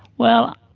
well,